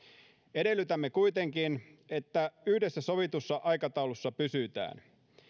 edellytämme kuitenkin että yhdessä sovitussa aikataulussa pysytään